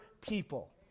people